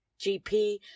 GP